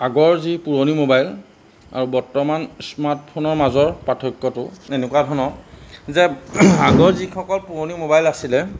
আগৰ যি পুৰণি মোবাইল আৰু বৰ্তমান স্মাৰ্টফোনৰ মাজৰ পাৰ্থক্যটো এনেকুৱা ধৰণৰ যে আগৰ যিসকল পুৰণি মোবাইল আছিলে